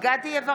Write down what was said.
דסטה גדי יברקן,